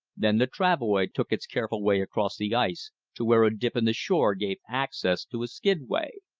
then the travoy took its careful way across the ice to where a dip in the shore gave access to a skidway.